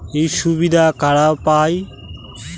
এই সুবিধা কারা পায়?